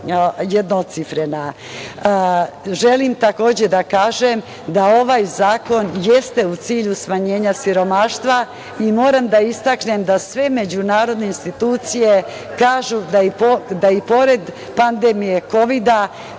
jednocifrena. Želim da kažem da ovaj zakon jeste u cilju smanjenja siromaštva i moram da istaknem da sve međunarodne institucije kažu da, i pored pandemije kovida,